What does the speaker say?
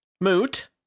Moot